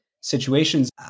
situations